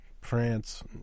France